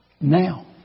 now